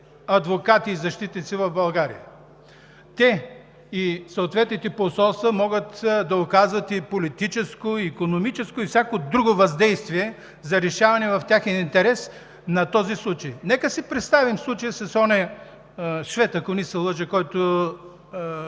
адвокати и защитници в България. Те и съответните посолства могат да оказват политическо, икономическо и всякакво друго въздействие за решаване в техен интерес на този случай. Нека си представим случая с онзи швед, ако не се лъжа, който